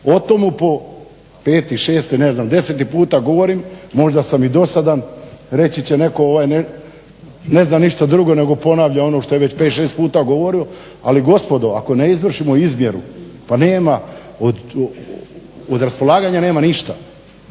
O tome po peti, šesti, ne znam deseti puta govorim, možda sam i dosadan. Reći će netko ovaj ne zna ništa drugo nego ponavlja ono što je već 5, 6 puta govorio. Ali gospodo ako ne izvršimo izmjeru pa nema od raspolaganja ništa.